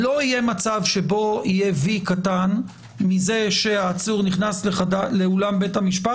לא יהיה מצב שבו יהיה וי קטן מזה שהעצור נכנס לאולם בית המשפט